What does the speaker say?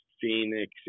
Phoenix